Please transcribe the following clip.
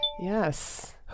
Yes